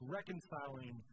Reconciling